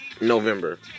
November